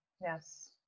yes